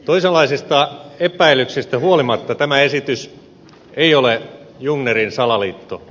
toisenlaisista epäilyksistä huolimatta tämä esitys ei ole jungnerin salaliitto